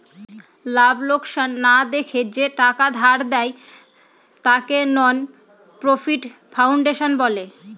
লাভ লোকসান না দেখে যে টাকা ধার দেয়, তাকে নন প্রফিট ফাউন্ডেশন বলে